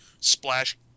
splash